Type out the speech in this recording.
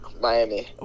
Miami